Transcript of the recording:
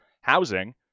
housing